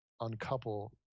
uncouple